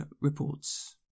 reports